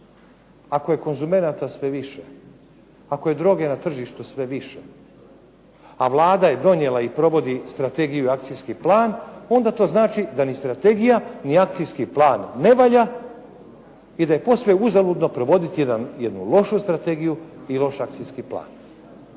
Ako je konzumenata sve više, ako je droge na tržištu sve više, a Vlada je donijela i provodi strategiju i akcijski plan onda to znači da ni strategija ni akcijski plan ne valja i da je posve uzaludno provoditi jednu lošu strategiju i loš akcijski plan.